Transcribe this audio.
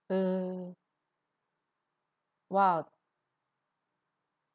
uh !wow!